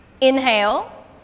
Inhale